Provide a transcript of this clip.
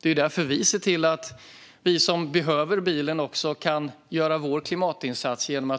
Det är därför vi ser till att vi som behöver bilen också kan göra vår klimatinsats genom